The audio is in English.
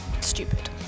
stupid